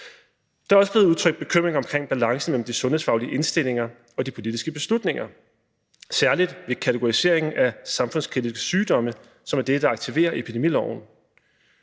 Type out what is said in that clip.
Der er også blevet udtrykt bekymring omkring balancen mellem de sundhedsfaglige indstillinger og de politiske beslutninger, særlig ved kategorisering af samfundskritiske sygdomme, som er det, der aktiverer epidemiloven.